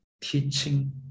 teaching